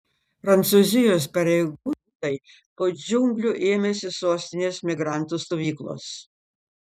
prancūzijos pareigūnai po džiunglių ėmėsi sostinės migrantų stovyklos